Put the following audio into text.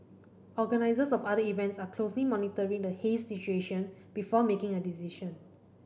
organisers of other events are closely monitoring the haze situation before making a decision